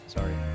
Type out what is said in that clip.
Sorry